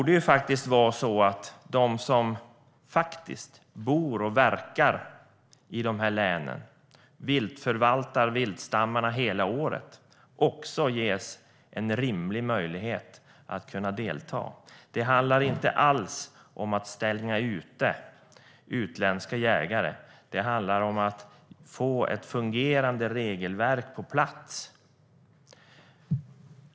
De som bor och verkar i länen förvaltar viltstammarna hela året, och de ska ges en rimlig möjlighet att delta. Det handlar inte alls om att stänga ute utländska jägare, utan det handlar om att få ett fungerande regelverk på plats.